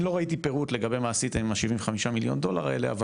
אני לא ראיתי פירוט לגבי מה עשיתם עם ה-75 מיליון דולר האלה אבל